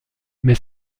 mais